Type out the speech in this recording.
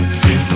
see